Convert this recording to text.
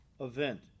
event